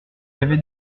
avait